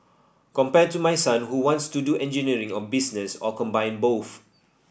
compare to my son who wants to do engineering or business or combine both